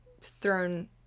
thrown